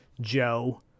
Joe